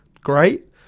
great